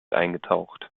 eingetaucht